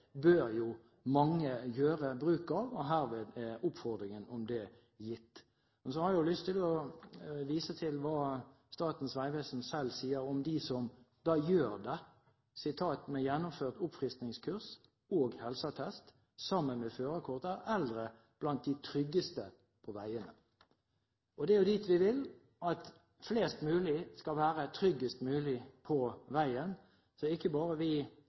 bør jo mange gjøre bruk av. Herved er oppfordringen om det gitt. Jeg har lyst til å vise til hva Statens vegvesen selv sier om dem som gjennomfører dette: «Med gjennomført oppfriskningskurs og helseattest sammen med førerkortet er eldre blant de tryggeste på veien.» Det er jo dit vi vil, at flest mulig skal være tryggest mulig på veien. Det er ikke bare vi